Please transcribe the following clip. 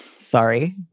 sorry,